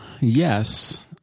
yes